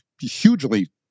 hugely